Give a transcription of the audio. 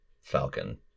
Falcon